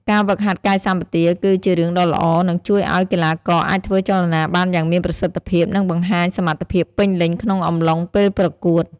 ការហ្វឹកហាត់កាយសម្បទាគឺ ជារឿងដ៏ល្អ នឹងជួយឲ្យកីឡាករអាចធ្វើចលនាបានយ៉ាងមានប្រសិទ្ធភាព និងបង្ហាញសមត្ថភាពពេញលេញក្នុងអំឡុងពេលប្រកួត។